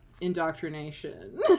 indoctrination